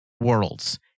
worlds